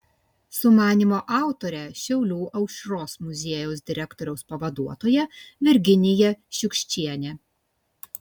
sumanymo autorė šiaulių aušros muziejaus direktoriaus pavaduotoja virginija šiukščienė